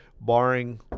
barring